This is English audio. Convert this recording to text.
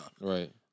right